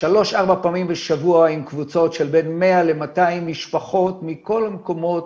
שלוש-ארבע פעמים בשבוע עם קבוצות של בין 100 ל-200 משפחות מכל המקומות